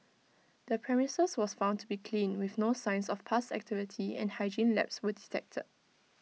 the premises was found to be clean with no signs of pest activity and hygiene lapse were detected